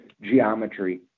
geometry